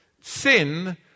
Sin